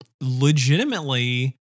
legitimately